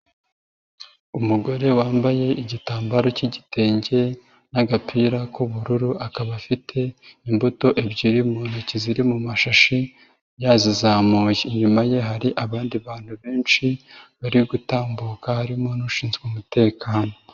Umugore wambaye igitambaro k'igitenge n'agapira k'ubururu, akaba afite imbuto ebyiri mu ntoki ziri mu mu mashashi, yazizamuye. Inyuma ye hari abandi bantu benshi bari gutambuka harimo n'ushinzwe umutekano.